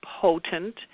potent